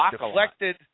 deflected